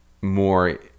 more